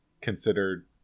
considered